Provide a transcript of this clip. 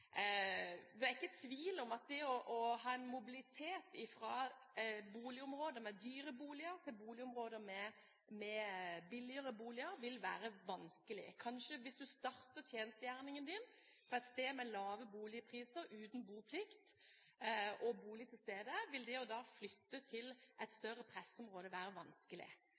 Det er ikke tvil om at det å ha en mobilitet fra boligområder med dyre boliger til boligområder med billigere boliger vil være vanskelig. Hvis du starter tjenestegjerningen din på et sted med lave boligpriser, uten boplikt og bolig til stede, vil det å flytte til et større pressområde kanskje være vanskelig.